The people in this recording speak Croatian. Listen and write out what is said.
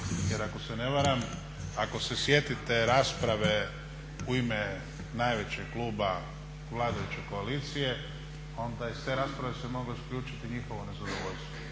jer ako se ne varam, ako se sjetite rasprave u ime najvećeg kluba vladajuće koalicije onda iz te rasprave s moglo zaključiti njihovo nezadovoljstvo.